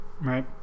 Right